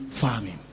farming